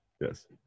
Yes